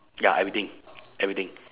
ya everything everything